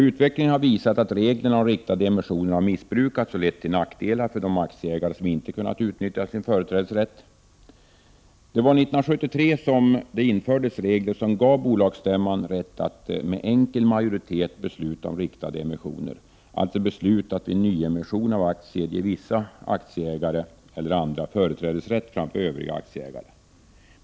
Utvecklingen har visat att reglerna om riktade emissioner har missbrukats och lett till nackdelar för de aktieägare som inte kunnat utnyttja någon företrädesrätt. Det var 1973 som det infördes regler som gav bolagsstämman rätt att med enkel majoritet besluta om riktade emissioner, alltså beslut att vid nyemission av aktier ge vissa aktieägare eller andra företrädesrätt framför Övriga aktieägare.